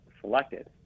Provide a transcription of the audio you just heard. selected